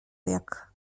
jak